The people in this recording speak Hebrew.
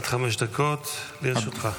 עד חמש דקות לרשותך.